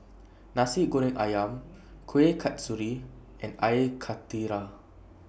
Nasi Goreng Ayam Kueh Kasturi and Air Karthira